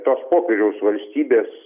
tos popiežiaus valstybės